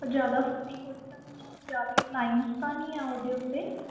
ਜ਼ਿਆਦਾ ਫਟੀ ਹੋਈ ਤਾਂ ਨਹੀਂ ਆ ਜ਼ਿਆਦੇ ਲਾਈਨਸ ਤਾਂ ਨਹੀਂ ਆ ਉਹਦੇ ਉੱਤੇ